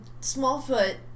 Smallfoot